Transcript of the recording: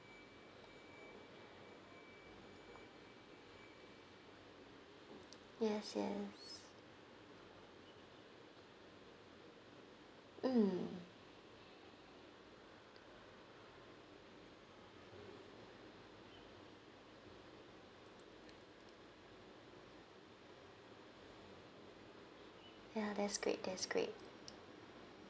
yes yes mm ya that's great that's great